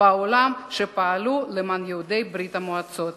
בעולם שפעלו למען יהודי ברית-המועצות.